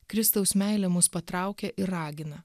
kristaus meilė mus patraukia ir ragina